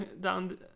down